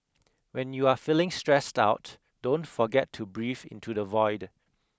when you are feeling stressed out don't forget to breathe into the void